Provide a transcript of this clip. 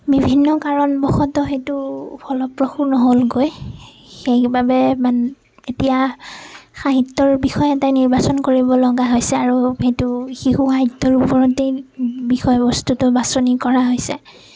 বিভিন্ন কাৰণবশতঃ সেইটো ফলপ্ৰসূ নহ'লগৈ সেইবাবে মানে এতিয়া সাহিত্যৰ বিষয় এটাই নিৰ্বাচন কৰিব লগীয়া হৈছে সেইটো শিশু সাহিত্যৰ ওপৰতেই বিষয়বস্তুটো বাছনি কৰা হৈছে